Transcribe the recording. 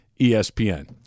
ESPN